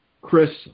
Chris